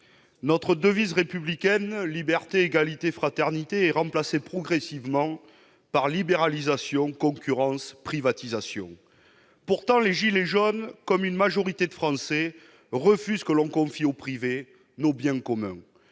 Notre devise républicaine « liberté, égalité, fraternité » est remplacée progressivement par « libéralisation, concurrence, privatisation ». Pourtant, les « gilets jaunes », comme une majorité de Français, refusent qu'on confie au privé nos biens communs.